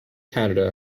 canada